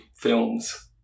films